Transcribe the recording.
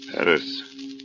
Paris